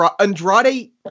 Andrade